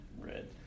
Red